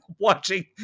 watching